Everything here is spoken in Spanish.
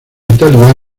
italiana